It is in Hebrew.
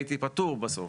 הייתי פטור בסוף.